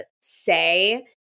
say